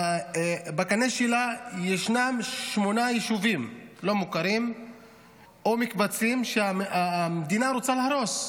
בקנה שלה יש שמונה יישובים לא מוכרים או מקבצים שהמדינה רוצה להרוס.